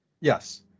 Yes